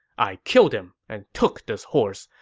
i killed him and took this horse.